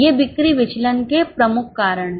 ये बिक्रीविचलन के प्रमुख कारण हैं